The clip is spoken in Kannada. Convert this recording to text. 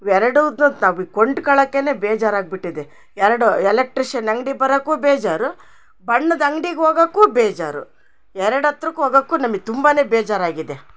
ವೆರಡುದ್ನ ತಾವಿ ಕೊಂಡ್ಕಳಕ್ಕೆನೆ ಬೇಜಾರಾಗ್ಬಿಟ್ಟಿದೆ ಎರಡು ಎಲೆಕ್ಟ್ರಿಷಿಯನ್ ಅಂಗಡಿ ಬರಕ್ಕೂ ಬೇಜಾರು ಬಣ್ಣದ ಅಂಗ್ಡಿಗೆ ಹೋಗಕ್ಕೂ ಬೇಜಾರು ಎರಡು ಹತ್ರಕ್ ಹೋಗಕ್ಕೂ ನಮಗ್ ತುಂಬಾನೇ ಬೇಜಾರಾಗಿದೆ